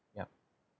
yup